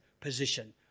position